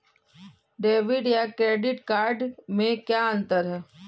Debit या credit card में क्या अन्तर है?